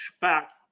fact